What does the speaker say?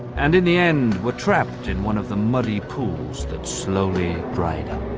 and in the end were trapped in one of the muddy pools that slowly dried up